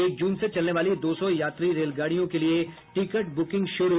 एक जून से चलने वाली दो सौ यात्री रेलगाड़ियों के लिये टिकट ब्रकिंग शुरू